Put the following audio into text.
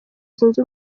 zunze